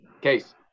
Case